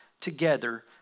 together